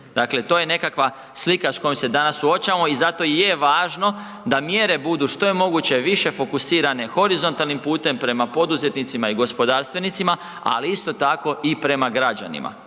Dakle, to je nekakva slika s kojom se danas suočavamo i zato i je važno da mjere budu što je moguće više fokusirane horizontalnim putem prema poduzetnicima i gospodarstvenicima ali isto tako i prema građanima.